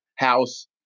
house